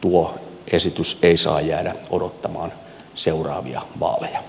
tuo esitys ei saa jäädä odottamaan seuraavia vaaleja